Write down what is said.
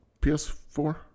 PS4